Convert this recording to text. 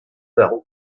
par